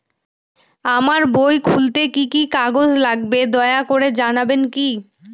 আমার বই খুলতে কি কি কাগজ লাগবে দয়া করে জানাবেন কি?